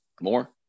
More